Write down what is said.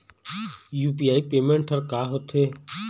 UPI payment हर का होते?